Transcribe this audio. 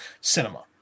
cinema